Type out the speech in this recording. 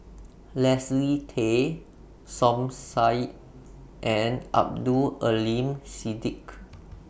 Leslie Tay Som Said and Abdul Aleem Siddique